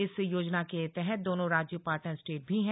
इस योजना के तहत दोनों राज्य पार्टनर स्टेट भी हैं